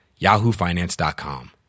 yahoofinance.com